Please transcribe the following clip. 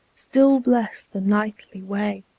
still bless the nightly way!